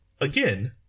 Again